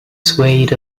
swayed